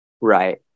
right